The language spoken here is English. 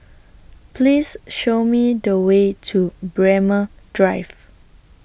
Please Show Me The Way to Braemar Drive